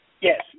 Yes